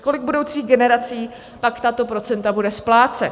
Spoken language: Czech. Kolik budoucích generací pak tato procenta bude splácet?